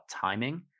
timing